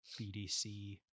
BDC